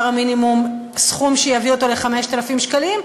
המינימום סכום שיביא אותו ל-5,000 שקלים,